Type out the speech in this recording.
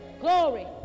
Glory